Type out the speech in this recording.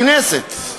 הכנסת,